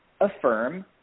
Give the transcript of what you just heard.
affirm